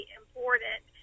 important